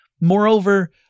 Moreover